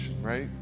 right